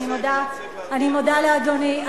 אני מודה לאדוני.